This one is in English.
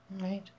Right